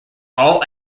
all